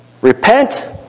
Repent